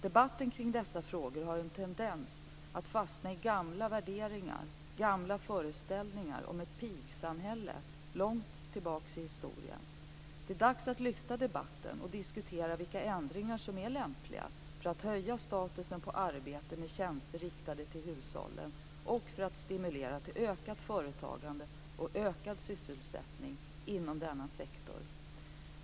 Debatten kring dessa frågor har en tendens att fastna i gamla värderingar och gamla föreställningar om ett pigsamhälle långt tillbaka i historien. Det är dags att lyfta debatten och diskutera vilka ändringar som är lämpliga för att höja statusen på arbete med tjänster riktade till hushållen och för att stimulera till ökat företagande och ökad sysselsättning inom denna sektor.